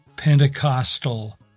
Pentecostal